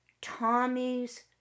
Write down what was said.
Tommy's